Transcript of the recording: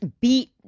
beat